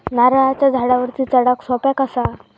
नारळाच्या झाडावरती चडाक सोप्या कसा?